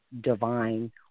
divine